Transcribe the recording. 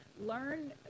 learn